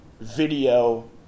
video